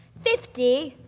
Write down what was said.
fifty?